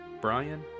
Brian